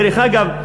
דרך אגב,